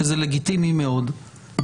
שזה לגיטימי מאוד.